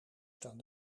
staan